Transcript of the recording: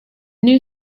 new